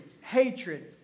Hatred